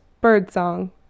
Birdsong